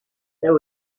there